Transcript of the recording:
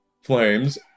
flames